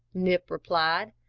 nip replied.